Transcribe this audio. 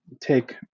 take